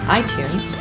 iTunes